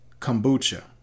kombucha